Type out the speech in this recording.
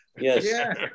Yes